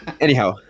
Anyhow